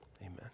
amen